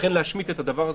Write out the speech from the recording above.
לכן יש להשמיט את הדבר הזה.